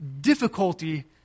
difficulty